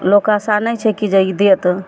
लोकके आशा नहि छै कि जे ई देत